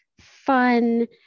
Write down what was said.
fun